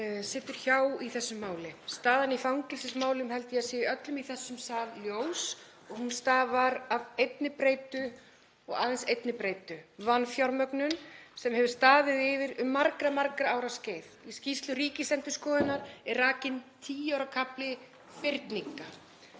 situr hjá í þessu máli. Staðan í fangelsismálum held ég að sé öllum í þessum sal ljós og hún stafar af einni breytu og aðeins einni breytu, vanfjármögnun sem hefur staðið yfir um margra ára skeið. Í skýrslu Ríkisendurskoðunar er rakinn tíu ára kafli fyrninga.